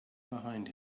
behind